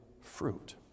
fruit